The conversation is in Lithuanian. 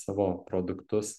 savo produktus